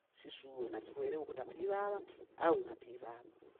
Sisuwe nasikwelewa ukuta apivava au napivava.